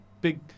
big